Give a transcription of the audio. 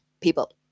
people